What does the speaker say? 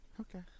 Okay